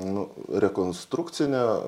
nu rekonstrukcinė